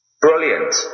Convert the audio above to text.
Brilliant